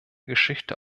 geschichte